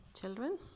children